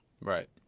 Right